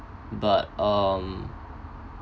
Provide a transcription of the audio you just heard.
but um